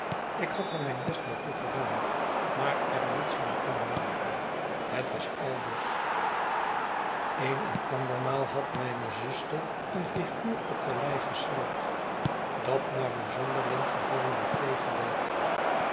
ik had er mijn best wel toe gedaan maar er niets van kunnen maken het was aldus een en andermaal had mijne zuster een figuur op de lei geschrapt dat naar eene zonderling gevormde t geleek